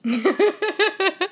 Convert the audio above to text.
mm